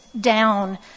down